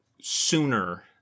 sooner